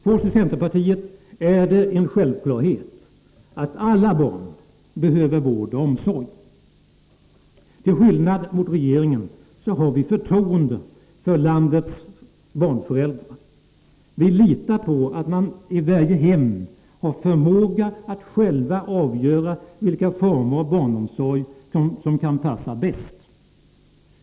För oss i centerpartiet är det en självklarhet att alla barn behöver vård och omsorg. Till skillnad mot regeringen har vi förtroende för landets barnföräldrar. Vi litar på att man i varje hem har förmåga att själv avgöra vilka former av barnomsorg som passar bäst.